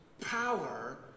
power